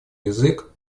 язык